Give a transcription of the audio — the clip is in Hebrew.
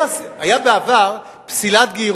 אתה מפחד מדבר אחר: היתה בעבר פסילת גרות,